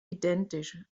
identisch